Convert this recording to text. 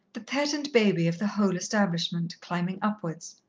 the pet and baby of the whole establishment, climbing upwards.